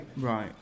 Right